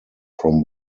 from